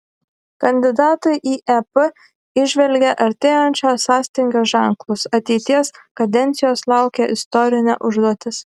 kandidatai į ep įžvelgė artėjančio sąstingio ženklus ateities kadencijos laukia istorinė užduotis